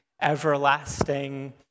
everlasting